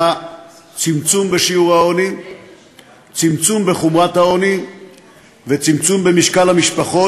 סמנכ"ל מחקר ותכנון בביטוח הלאומי,